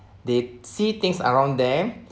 they see things around them